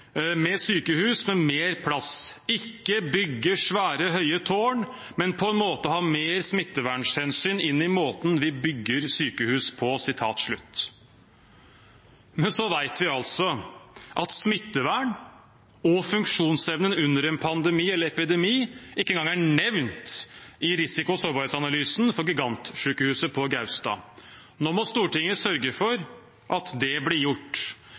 med sykehus med mer plass, ikke bygge svære, høye tårn, men på en måte ha mer smittevernhensyn inn i måten vi bygger sykehus på.» Men vi vet at smittevern og funksjonsevnen under en pandemi eller epidemi ikke engang er nevnt i risiko- og sårbarhetsanalysen for gigantsjukehuset på Gaustad. Nå må Stortinget sørge for at det blir gjort.